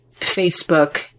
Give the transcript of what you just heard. Facebook